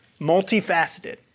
multifaceted